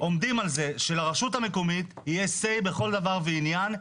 עומדים על זה שלרשות המקומית יהיה say בכל דבר ועניין,